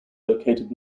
located